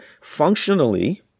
functionally